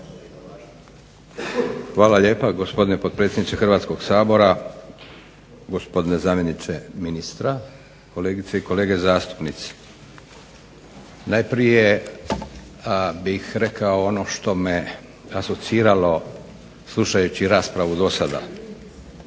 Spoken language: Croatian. Hvala lijepa, gospodine potpredsjedniče Hrvatskoga sabora. Gospodine zamjeniče ministra, kolegice i kolege zastupnici. Najprije bih rekao ono što me asociralo slušajući raspravu do sada.